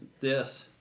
Yes